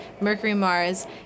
Mercury-Mars